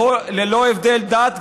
ללא הבדל דת,